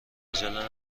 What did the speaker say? عجله